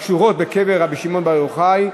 הקשורות בקבר רבי שמעון בר יוחאי.